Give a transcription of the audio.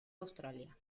australia